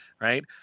right